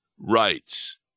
rights